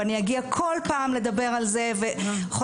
ואני אגיע כל פעם לדבר על זה וחוזר,